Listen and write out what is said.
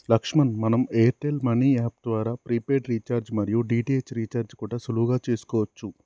లక్ష్మణ్ మనం Airtel money app ద్వారా prepaid recharge మరియు డి.టి.హెచ్ రీఛార్జి కూడా సులువుగా చేసుకోవచ్చు